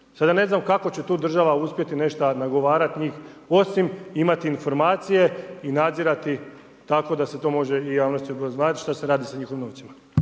Sad ja ne znam kako će to država uspjeti nešta nagovarati njih, osim imati informacije i nadzirati, tako da se to može i javnosti obrazlagati šta se radi sa njihovim novcima.